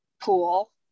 pool